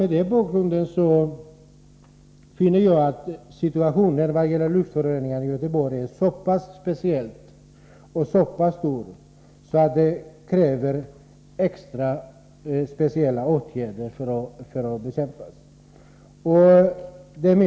Mot denna bakgrund finner jag situationen beträffande luftföroreningarna i Göteborg så pass speciell att det krävs extra åtgärder för att bekämpa den.